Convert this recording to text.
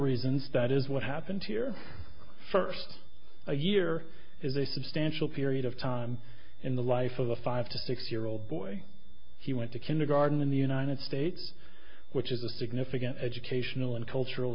reasons that is what happened here first a year is a substantial period of time in the life of a five to six year old boy he went to kindergarten in the united states which is a significant educational and cultural